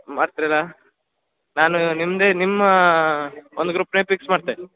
ಮಾಡ್ತಿರಲ್ಲಾ ನಾನು ನಿಮ್ಮದೇ ನಿಮ್ಮ ಒಂದು ಗ್ರೂಪ್ನೆ ಫಿಕ್ಸ್ ಮಾಡ್ತೆ